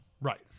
right